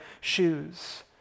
shoes